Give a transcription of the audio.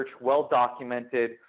well-documented